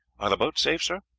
are the boats safe, sir?